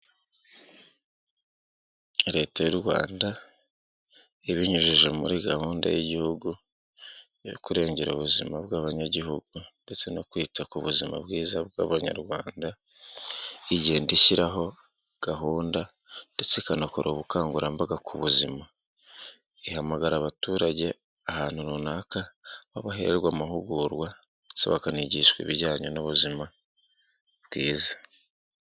Leta y'u Rwanda ibinyujije muri gahunda y'igihugu yo kurengera ubuzima bw'abanyagihugu ndetse no kwita ku buzima bwiza bw'abanyarwanda, igenda ishyiraho gahunda ndetse ikanakora ubukangurambaga ku buzima, ihamagarira abaturage ahantu runaka baherwa amahugurwa ndetse ndetse bakangishwa ibijyanye n'ubuzima bwiza.